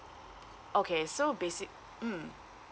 okay so basic~ mm